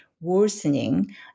worsening